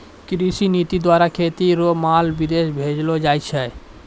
कृषि नीति द्वारा खेती रो माल विदेश भेजलो जाय छै